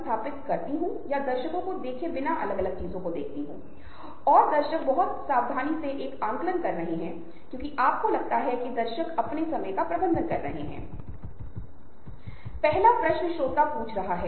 यदि आप प्राचीन परंपरा को देख रहे हैं यदि आप हमारी अपनी जड़ों को देख रहे हैं तो हम पाते हैं कि हमने नेटवर्क के साथ शुरुआत की और ऐसा इसलिए हुआ क्योंकि हमने नेटवर्क किया हम विकसित हुए और हम एक सभ्यता में विकसित हुए